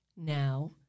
Now